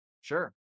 Sure